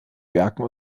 werken